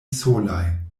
solaj